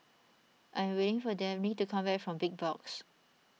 I am waiting for Dabney to come back from Big Box